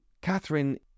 Catherine